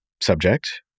subject